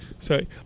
Sorry